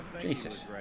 Jesus